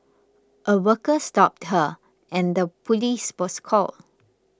a worker stopped her and the police was called